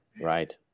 Right